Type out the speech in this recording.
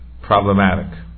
problematic